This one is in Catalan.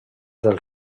del